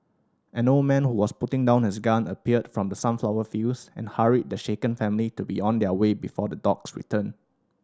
an old man who was putting down his gun appeared from the sunflower fields and hurried the shaken family to be on their way before the dogs return